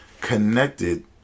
connected